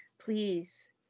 Please